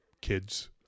kids